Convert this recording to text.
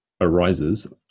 arises